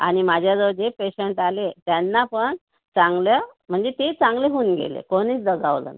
आणि माझ्याजवळ जे पेशंट आले त्यांना पण चांगलं म्हणजे ते चांगले होऊन गेले कोणीच दगावलं नाही